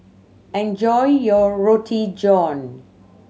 enjoy your Roti John